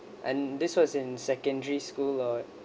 and this was in secondary school or